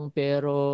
pero